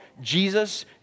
Jesus